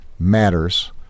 matters